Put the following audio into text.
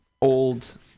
old